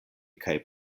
kaj